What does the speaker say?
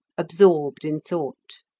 absorbed in thought.